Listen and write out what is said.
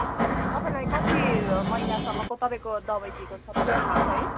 हजुर तपाईँलाई कति महिनासम्मको तपाईँको दबाई दिएको छ तपाईँलाई थाहा छ है